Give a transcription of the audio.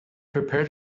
prepared